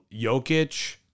Jokic